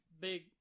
big